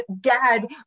dad